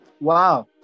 Wow